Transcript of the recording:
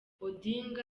odinga